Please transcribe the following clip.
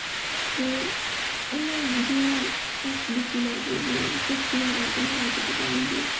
ते अलग जि'यां अस दिक्खी लैगे जि'यां कुरसियां राजा महाराज दे टैम दियां